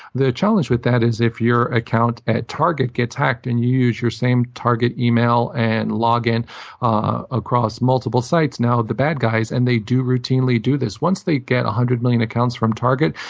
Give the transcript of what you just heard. the challenge with that is if your account at target gets hacked, and you use your same target email and login across multiple sites, now the bad guys, and they do routinely do this. once they get one hundred million accounts from target,